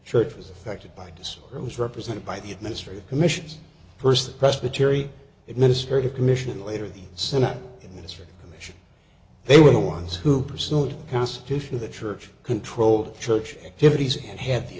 church was affected by this it was represented by the administrative commissions first presbytery administered a commission later the senate ministry commission they were the ones who pursued the constitution of the church controlled church activities and had the